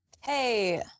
Hey